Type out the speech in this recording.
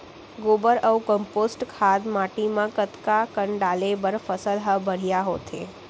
गोबर अऊ कम्पोस्ट खाद माटी म कतका कन डाले बर फसल ह बढ़िया होथे?